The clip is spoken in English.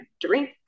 drink